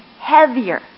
heavier